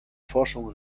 forschung